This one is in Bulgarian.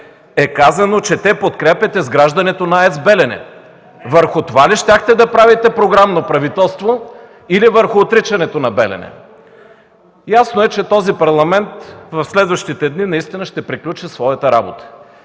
е казано, че те подкрепят изграждането на АЕЦ „Белене”. Върху това ли щяхте да правите програмно правителство или върху отричането на „Белене”? Ясно е, че този Парламент в следващите дни наистина ще приключи своята работа.